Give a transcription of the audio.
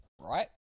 Right